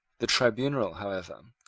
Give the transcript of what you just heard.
the tribunal, however,